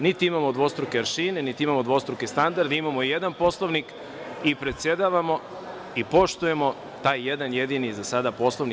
Niti imamo dvostruke aršine, niti imamo dvostruke standarde, imamo jedan Poslovnik i predsedavamo i poštujemo taj jedan jedini Poslovnik.